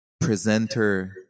presenter